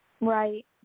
Right